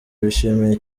bishimiye